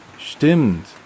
Stimmt